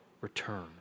return